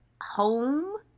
home